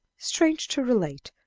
strange to relate,